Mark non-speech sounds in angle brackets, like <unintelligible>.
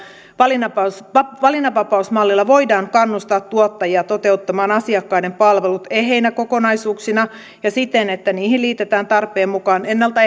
valinnanvapausmallilla voidaan kannustaa tuottajia toteuttamaan asiakkaiden palvelut eheinä kokonaisuuksina ja siten että niihin liitetään tarpeen mukaan ennalta <unintelligible>